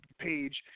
Page